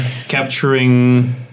capturing